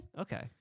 Okay